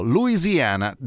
Louisiana